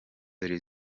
dore